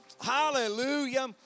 Hallelujah